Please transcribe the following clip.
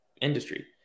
industry